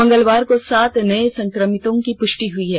मंगलवार को सात नए संक्रमितों की पुष्टि हुई है